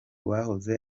bahoze